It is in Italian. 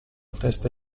testa